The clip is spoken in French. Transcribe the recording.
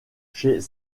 chez